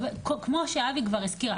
כמו שאבי כבר הזכיר,